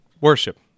worship